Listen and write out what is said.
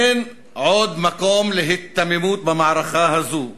אין עוד מקום להיתממות במערכה הזאת.